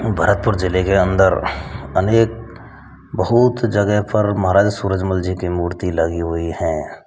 भरतपुर ज़िले के अंदर अनेक बहुत जगह पर महाराजा सूरजमल जी की मूर्ति लगी हुई है